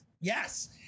Yes